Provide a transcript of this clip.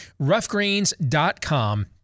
roughgreens.com